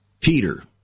Peter